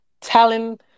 telling